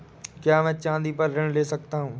क्या मैं चाँदी पर ऋण ले सकता हूँ?